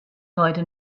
heute